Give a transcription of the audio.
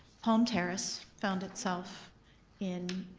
home terrace found itself in